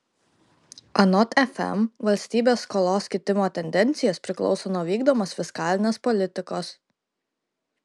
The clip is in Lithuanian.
anot fm valstybės skolos kitimo tendencijos priklauso nuo vykdomos fiskalinės politikos